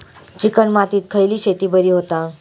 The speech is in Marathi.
चिकण मातीत खयली शेती बरी होता?